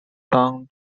dong